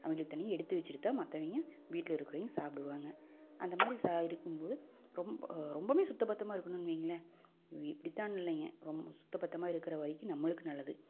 அவங்களுக்கு தனியாக எடுத்து வச்சிட்டு தான் மற்றவிங்க வீட்டில் இருக்கறவிங்க சாப்பிடுவாங்க அந்த மாதிரி சா இருக்கும்போது ரொம் ரொம்பமே சுத்த பத்தமாக இருக்கணுன்னு வைங்களேன் இவங்க இப்படி தான் இல்லைங்க ரொம்ப சுத்த பத்தமாக இருக்கிற வரைக்கும் நம்மளுக்கு நல்லது